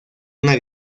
una